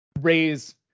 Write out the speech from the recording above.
raise